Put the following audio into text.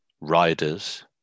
riders